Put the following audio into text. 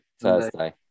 Thursday